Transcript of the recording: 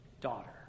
daughter